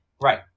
Right